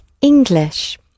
English